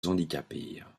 handicapées